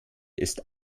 ist